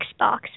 Xbox